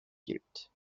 gibt